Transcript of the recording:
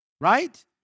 right